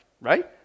right